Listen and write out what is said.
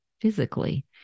physically